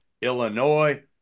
Illinois